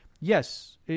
Yes